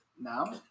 now